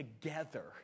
together